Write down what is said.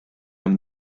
hemm